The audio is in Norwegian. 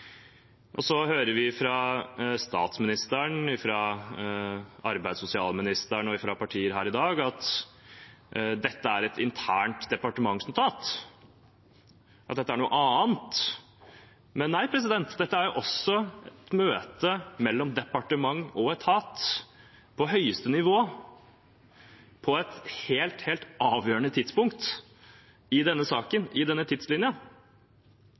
hører fra statsministeren, fra arbeids- og sosialministeren og fra partier her i dag at dette er et internt departementsnotat, at dette er noe annet. Men nei, dette er jo også et møte mellom departement og etat, på høyeste nivå og på et helt avgjørende tidspunkt i denne saken, i denne